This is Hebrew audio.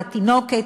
לתינוקת,